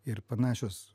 ir panašios